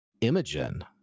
Imogen